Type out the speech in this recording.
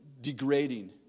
degrading